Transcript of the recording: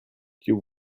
you